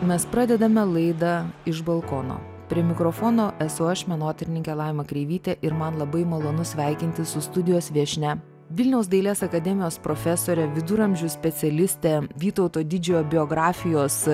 mes pradedame laidą iš balkono prie mikrofono esu aš menotyrininkė laima kreivytė ir man labai malonu sveikintis su studijos viešnia vilniaus dailės akademijos profesore viduramžių specialiste vytauto didžiojo biografijos